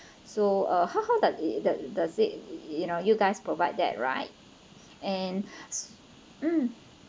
so uh how how does the does it you know you guys provide that right and s~ um